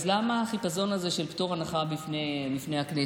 אז למה החיפזון הזה של פטור הנחה בפני הכנסת?